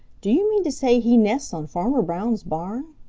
do you mean to say he nests on farmer brown's barn?